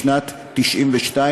בשנת 1992,